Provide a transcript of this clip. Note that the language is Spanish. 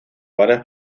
varios